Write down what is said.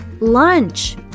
lunch